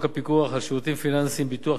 הפיקוח על שירותים פיננסיים (ביטוח),